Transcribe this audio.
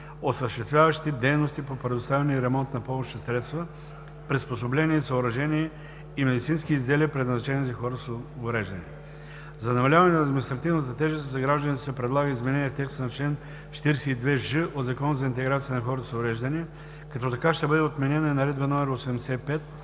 осъществяващи дейности по предоставяне и ремонт на помощни средства приспособления и съоръжения и медицински изделия, предназначени за хора с увреждания. За намаляване на административната тежест за гражданите се предлага изменение на текста в чл. 42ж от Закона за интеграция на хората с увреждания, като така ще бъде отменена и Наредба № 35